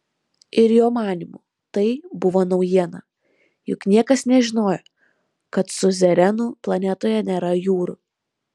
ir jo manymu tai buvo naujiena juk niekas nežinojo kad siuzerenų planetoje nėra jūrų